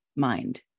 mind